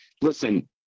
listen